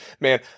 man